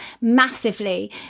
massively